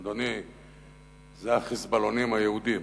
אדוני, אלה ה"חיזבאללונים" היהודים.